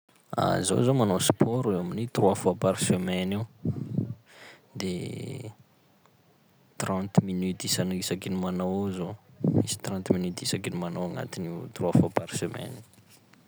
Zaho zao manao sport eo amin'ny trois fois par semaine eo, de trente minutes isany- isaky ny manao zao, misy trente minutes isaky ny manao agnatin'io trois fois par semaine.